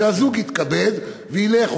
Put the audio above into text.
שהזוג יתכבד וילך,